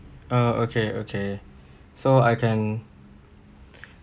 uh okay okay so I can